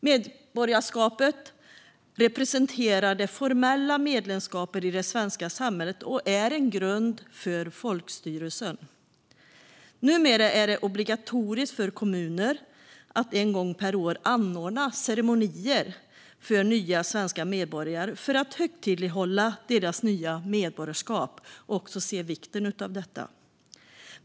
Medborgarskapet representerar det formella medlemskapet i det svenska samhället och är en grund för folkstyrelsen. Numera är det obligatoriskt för kommunerna att en gång per år anordna ceremonier för nya svenska medborgare för att högtidlighålla deras nya medborgarskap och se vikten av det.